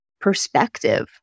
perspective